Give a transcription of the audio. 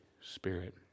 Spirit